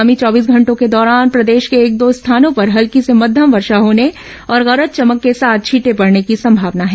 आगामी चौबीस घंटों के दौरान प्रदेश के एक दो स्थानों पर हल्की से मध्यम वर्षा होने और गरज चमक के साथ छीटें पड़ने की संभावना हैं